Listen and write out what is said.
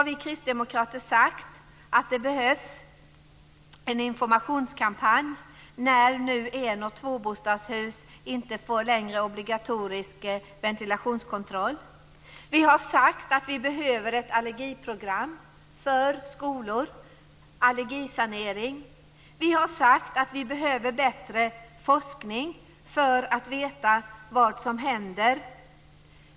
Vi kristdemokrater har alltså sagt att det behövs en informationskampanj när det nu inte längre finns obligatorisk ventilationskontroll för en och tvåbostadshus. Vi har sagt att det behövs ett allergiprogram för skolor och allergisanering. Vi har sagt att det behövs bättre forskning för att veta vad som händer.